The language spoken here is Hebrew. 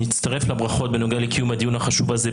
אני מצטרף לברכות בנוגע לקיום הדיון החשוב הזה,